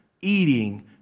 eating